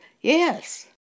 yes